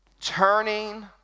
Turning